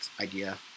idea